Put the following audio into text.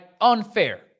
unfair